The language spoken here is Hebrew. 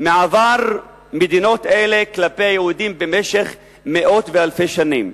מהעבר של מדינות אלה כלפי יהודים במשך מאות ואלפי שנים.